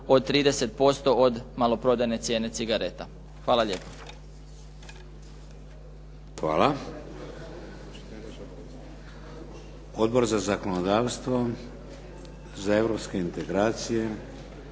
od 30% od maloprodajne cijene cigareta. Hvala lijepo. **Šeks, Vladimir (HDZ)** Hvala. Odbor za zakonodavstvo? Za europske integracije?